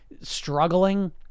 struggling